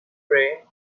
pray